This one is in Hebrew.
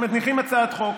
הם מניחים הצעת חוק,